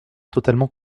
totalement